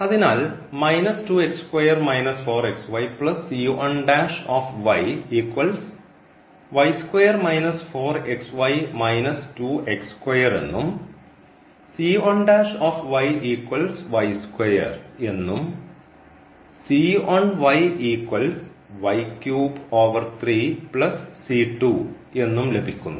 അതിനാൽ എന്നും എന്നും എന്നും ലഭിക്കുന്നു